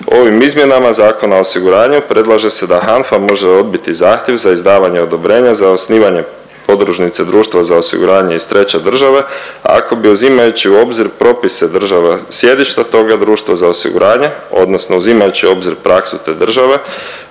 Ovim izmjenama Zakona o osiguranju predlaže se da HANFA može odbiti zahtjev za izdavanje odobrenja za osnivanje podružnice društva za osiguranje iz treće države, a ako bi uzimajući u obzir propise država sjedišta toga društva za osiguranje, odnosno uzimajući u obzir praksu te države,